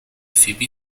فیبی